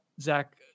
Zach